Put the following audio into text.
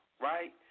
right